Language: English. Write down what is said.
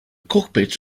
cockpit